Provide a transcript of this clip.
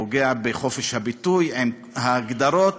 פוגע בחופש הביטוי עם ההגדרות